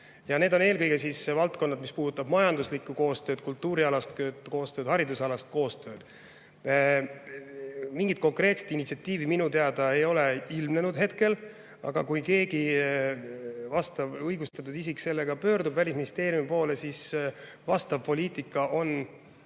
on. Need on eelkõige valdkonnad, mis puudutavad majanduslikku koostööd, kultuurialast koostööd ja haridusalast koostööd. Mingit konkreetset initsiatiivi minu teada ei ole ilmnenud, aga kui keegi õigustatud isik sellega pöördub Välisministeeriumi poole, siis vastava poliitika on